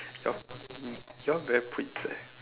you're you're very pretty